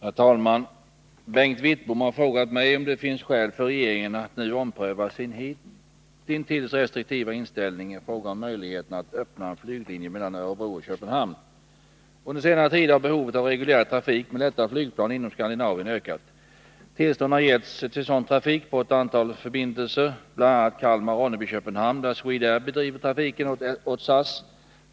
Herr talman! Bengt Wittbom har frågat mig om det finns skäl för regeringen att nu ompröva sin hitintills restriktiva inställning i fråga om möjligheterna att öppna en flyglinje mellan Örebro och Köpenhamn. Under senare tid har behovet av reguljär trafik med lätta flygplan inom Skandinavien ökat. Tillstånd har getts till sådan trafik på ett antal förbindelser, bl.a. Kalmar-Ronneby-Köpenhamn, där Swedair bedriver trafiken åt SAS.